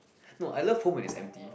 no I love home when is empty